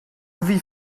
wie